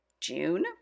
june